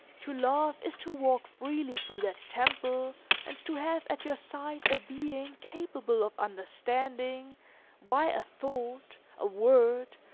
to love is to walk freely through that temple and to have at your side a being capable of understanding why a thought, a word,